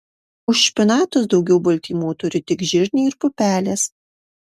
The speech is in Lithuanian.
už špinatus daugiau baltymų turi tik žirniai ir pupelės